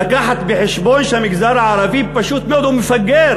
להביא בחשבון שהמגזר הערבי פשוט מאוד מפגר